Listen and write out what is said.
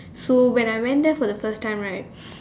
so when I went there for the first time right